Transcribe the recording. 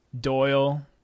doyle